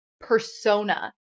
persona